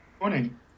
Morning